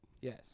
Yes